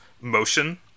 motion